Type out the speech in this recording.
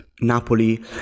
Napoli